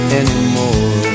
anymore